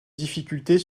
difficultés